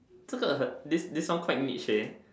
这个很 this this song quite niche eh